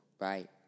Right